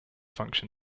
function